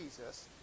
Jesus